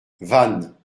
vannes